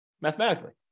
mathematically